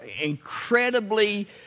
incredibly